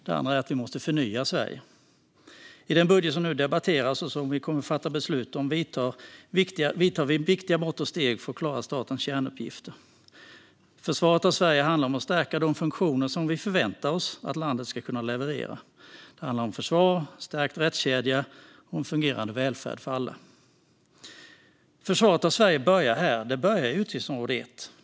Det andra är att vi måste förnya Sverige. I den budget som nu debatteras och som det kommer att fattas beslut om vidtar vi viktiga mått och steg för att klara statens kärnuppgifter. Försvaret av Sverige handlar om att stärka de funktioner som vi förväntar oss att landet ska kunna leverera. Det handlar om försvar, stärkt rättskedja och fungerande välfärd för alla. Försvaret av Sverige börjar här. Det börjar i utgiftsområde 1.